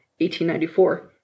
1894